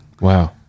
Wow